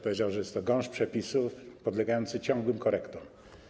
Powiedział, że jest to gąszcz przepisów podlegający ciągłym korektom.